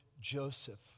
joseph